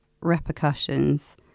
repercussions